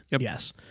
yes